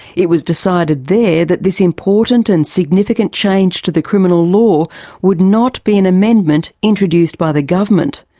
it was decided there that this important and significant change to the criminal law would not be an amendment introduced by the government.